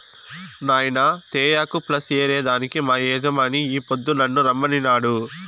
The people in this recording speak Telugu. నాయినా తేయాకు ప్లస్ ఏరే దానికి మా యజమాని ఈ పొద్దు నన్ను రమ్మనినాడు